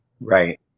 right